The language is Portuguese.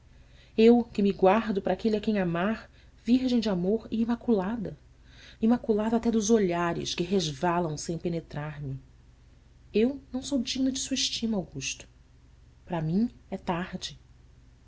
eu que me guardo para aquele a quem amar virgem de amor e imaculada sim imaculada até dos olhares que resvalam sem penetrar me eu não sou digna de sua estima augusto para mim é tarde